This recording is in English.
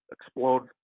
explode